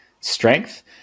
strength